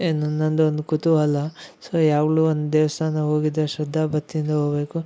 ಹೆ ನಂದೊಂದು ಒಂದು ಕುತೂಹಲ ಸೋ ಯಾವಾಗ್ಲೂ ಒಂದು ದೇವಸ್ಥಾನ ಹೋಗಿದ್ರೆ ಶ್ರದ್ಧಾ ಭಕ್ತಿಯಿಂದ ಹೋಗ್ಬೇಕು